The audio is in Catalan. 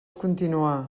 continuar